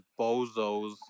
bozos